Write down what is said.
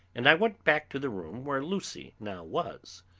and i went back to the room where lucy now was.